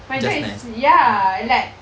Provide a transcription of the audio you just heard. my job is ya like